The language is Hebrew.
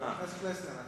חבר הכנסת פלסנר,